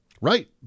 Right